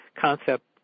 concept